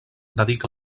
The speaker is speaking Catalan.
dedica